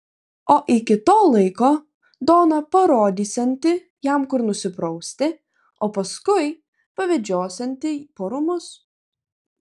o iki to laiko dona parodysianti jam kur nusiprausti o paskui pavedžiosianti po rūmus